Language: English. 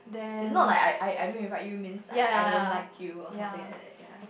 it's not like I I I don't invite you means I I don't like you or something like that ya